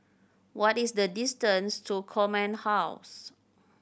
what is the distance to Command House